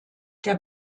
der